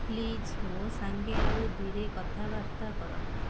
please ମୋ ସାଙ୍ଗେ ଆଉ ଧୀରେ କଥାବାର୍ତ୍ତା କର